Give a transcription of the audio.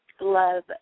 Love